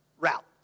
route